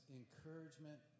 encouragement